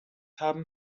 haben